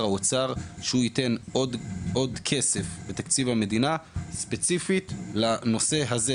האוצר שהוא ייתן עוד כסף בתקציב המדינה ספציפית לנושא הזה.